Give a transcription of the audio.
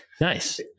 Nice